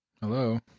Hello